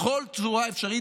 בכל צורה אפשרית,